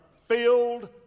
filled